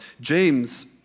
James